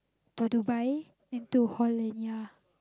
to Dubai then to Holland ya